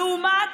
לעומת